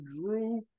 Drew